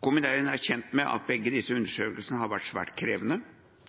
Komiteen er kjent med at begge disse undersøkelsene har vært svært krevende,